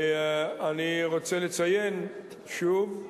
אני רוצה לציין שוב,